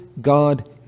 God